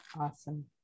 Awesome